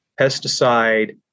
pesticide